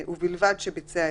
(נגיף הקורונה החדש) (בידוד בית והוראות שונות)